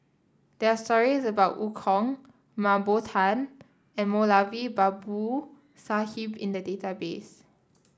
there are stories about Eu Kong Mah Bow Tan and Moulavi Babu Sahib in the database